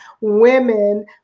women